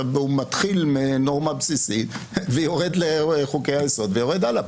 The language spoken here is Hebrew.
הוא מתחיל מנורמה בסיסית ויורד לחוקי היסוד ויורד הלאה.